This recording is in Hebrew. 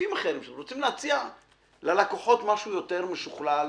גופים אחרים שרוצים להציע ללקוחות משהו יותר משוכלל,